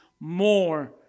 More